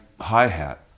hi-hat